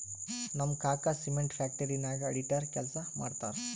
ನಮ್ ಕಾಕಾ cement factory ನಾಗ್ ಅಡಿಟರ್ ಕೆಲ್ಸಾ ಮಾಡ್ತಾರ್